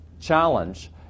challenge